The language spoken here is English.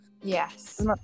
Yes